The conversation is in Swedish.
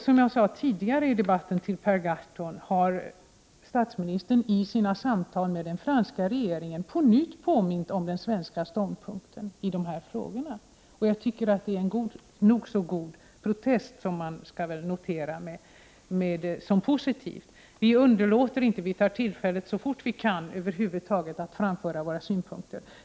Som jag sade till Per Gahrton har statsministern i sitt samtal med den franska regeringen på nytt påmint om den svenska ståndpunkten i de här frågorna. Jag tycker det är en nog så god protest, som man skall notera som något positivt. Vi underlåter inte att reagera utan tar tillfället i akt så fort vi över huvud taget kan att framföra våra synpunkter.